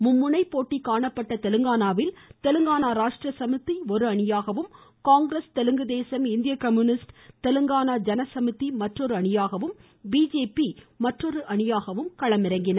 மும்முனை போட்டி காணப்பட்ட தெலுங்கானாவில் தெலுங்கானா ராஷ்ட்ர சமிதி ஒரு அணியாகவும் காங்கிரஸ் தெலுங்குதேசம் இந்திய கம்யூனிஸ்ட் தெலுங்கானா ஜன சமிதி மற்றொரு அணியாகவும் பிஜேபி மேலும் ஒரு அணியாகவும் களமிறங்கின